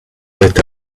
late